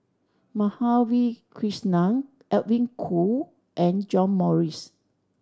Madhavi Krishnan Edwin Koo and John Morrice